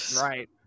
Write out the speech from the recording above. Right